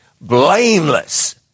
blameless